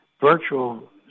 virtual